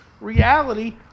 Reality